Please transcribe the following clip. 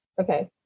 Okay